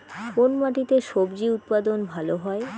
কোন মাটিতে স্বজি উৎপাদন ভালো হয়?